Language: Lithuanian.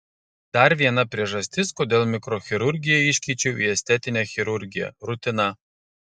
dar viena priežastis kodėl mikrochirurgiją iškeičiau į estetinę chirurgiją rutina